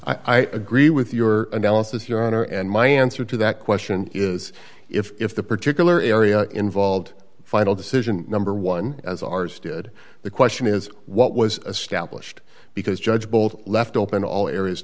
i agree with your analysis your honor and my answer to that question is if the particular area involved the final decision number one as ours did the question is what was stablished because judge both left open all areas